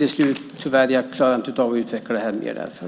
nu slut, så jag klarar därför tyvärr inte av att utveckla det här mer.